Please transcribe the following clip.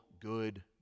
good